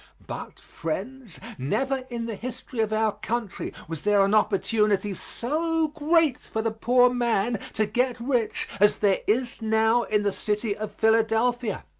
but, friends, never in the history of our country was there an opportunity so great for the poor man to get rich as there is now in the city of philadelphia.